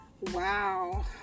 wow